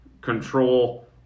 control